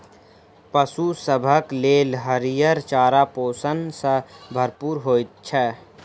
पशु सभक लेल हरियर चारा पोषण सॅ भरपूर होइत छै